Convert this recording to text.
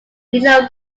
video